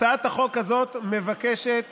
הצעת החוק הזאת מבקשת